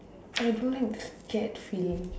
I don't like scared feeling